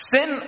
sin